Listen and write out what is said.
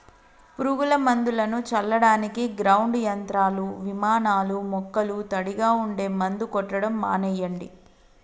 పురుగు మందులను చల్లడానికి గ్రౌండ్ యంత్రాలు, విమానాలూ మొక్కలు తడిగా ఉంటే మందు కొట్టడం మానెయ్యండి